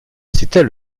c’était